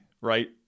right